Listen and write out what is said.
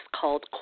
called